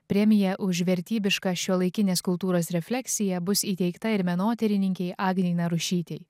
premija už vertybišką šiuolaikinės kultūros refleksiją bus įteikta ir menotyrininkei agnei narušytei